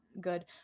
good